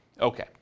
Okay